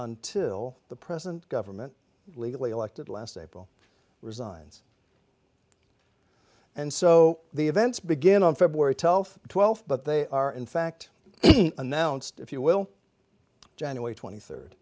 until the present government legally elected last april resigns and so the events begin on february twelfth twelfth but they are in fact announced if you will january twenty third